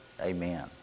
Amen